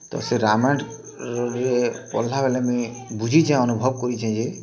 ତ ସେ ରାମାୟଣରେ ପଢ଼୍ଲାବେଲେ ମୁଇଁ ବୁଝିଛେଁ ଅନୁଭବ୍ କରିଛେଁ ଯେ